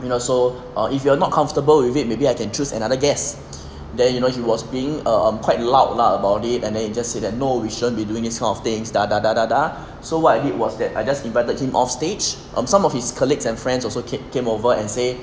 you know so err if you're not comfortable with it maybe I can choose another guest then you know he was being err um quite loud lah about it and then he just say that no you shouldn't be doing this kind of things da da da da da so what I did was that I just invited him off stage um some of his colleagues and friends also came came over and say